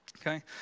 okay